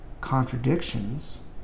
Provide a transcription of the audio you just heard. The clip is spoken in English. contradictions